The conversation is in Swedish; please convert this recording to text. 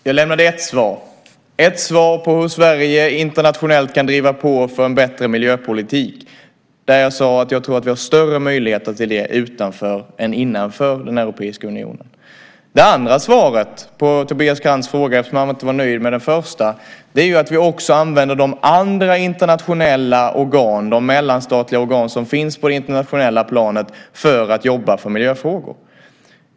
Fru talman! Jag lämnade ett svar på hur Sverige internationellt kan driva på för en bättre miljöpolitik där jag sade att jag tror att vi har större möjligheter till detta utanför än innanför den europeiska unionen. Det andra svaret på Tobias Krantz fråga, eftersom han nu inte var nöjd med det första, är att vi också använder andra internationella organ, de mellanstatliga organ som finns på det internationella planet, för att jobba för miljöfrågor.